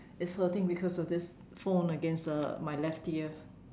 is hurting because of this phone against uh my left ear